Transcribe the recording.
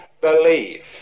believe